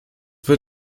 wird